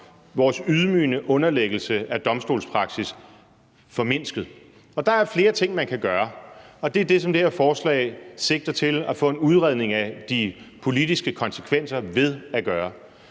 vores ydmygende underlæggelse af domstolspraksis formindsket, og der er flere ting, man kan gøre, og det er det, som det her forslag sigter til at få en udredning af de politiske konsekvenser af at gøre.